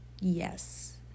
Yes